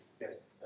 Yes